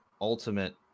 ultimate